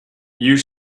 you